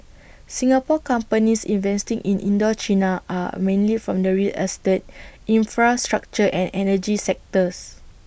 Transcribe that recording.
Singapore companies investing in Indochina are mainly from the real estate infrastructure and energy sectors